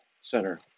Center